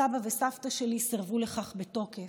סבא וסבתא שלי סירבו לכך בתוקף.